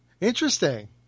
interesting